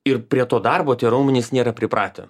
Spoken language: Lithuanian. ir prie to darbo tie raumenys nėra pripratę